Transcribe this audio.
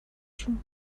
جون